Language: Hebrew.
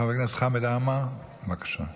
חבר הכנסת חמד עמאר, בבקשה.